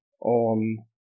on